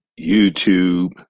YouTube